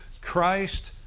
Christ